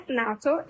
nato